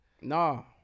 No